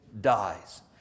dies